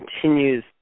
continues